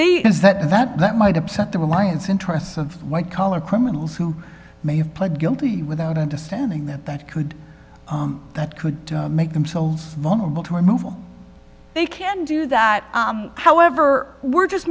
is that that that might upset the reliance interests of white collar criminals who may have pled guilty without understanding that that could that could make them so vulnerable to removal they can do that however we're just